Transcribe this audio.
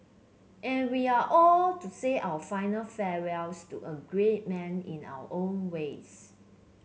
and we are all to say our final farewells to a great man in our own ways